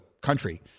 country